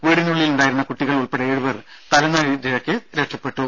വീടിനുള്ളിൽ ഉണ്ടായിരുന്ന കുട്ടികൾ ഉൾപ്പെടെ ഏഴുപേർ തലനാരിഴക്ക് രക്ഷപ്പെട്ടു